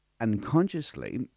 unconsciously